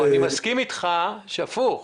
אני מסכים איתך הפוך.